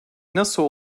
nasıl